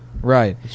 Right